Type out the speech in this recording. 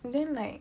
and then like